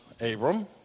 Abram